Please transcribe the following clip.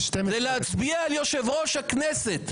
זה להצביע על יושב-ראש הכנסת.